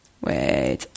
Wait